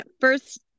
First